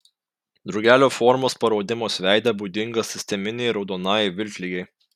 drugelio formos paraudimas veide būdingas sisteminei raudonajai vilkligei